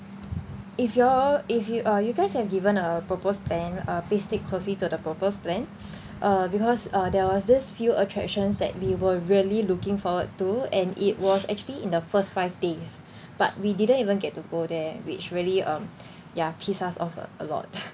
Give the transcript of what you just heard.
if you all if you uh you guys have given a proposed plan uh please stick closely to the proposed plan uh because uh there was these few attractions that we were really looking forward to and it was actually in the first five days but we didn't even get to go there which really um yeah piss us off ah a lot